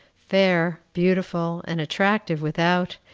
fair, beautiful, and attractive without,